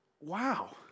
wow